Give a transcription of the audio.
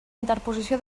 interposició